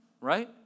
right